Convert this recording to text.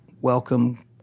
welcome